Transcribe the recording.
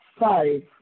five